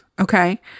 Okay